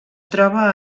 troba